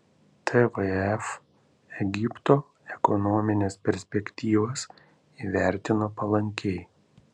tvf egipto ekonomines perspektyvas įvertino palankiai